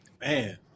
man